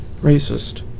racist